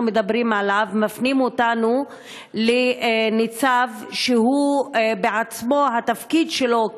מדברים על הנושא הזה מפנים אותנו לניצב שהתפקיד שלו,